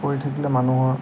কৰি থাকিলে মানুহৰ